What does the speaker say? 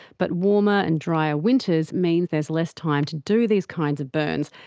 but warmer, and drier winters mean there is less time to do these kinds of burns,